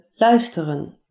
luisteren